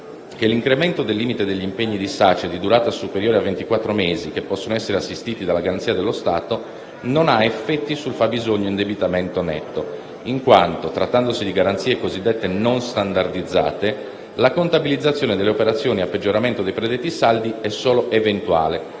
che l'incremento del limite degli impegni di SACE di durata superiore a ventiquattro mesi, che possono essere assistiti dalla garanzia dello Stato, non ha effetti su fabbisogno e indebitamento netto, in quanto, trattandosi di garanzie cosiddette non standardizzate, la contabilizzazione delle operazioni a peggioramento dei predetti saldi è solo eventuale,